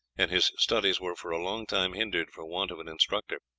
and his studies were for a long time hindered for want of an instructor,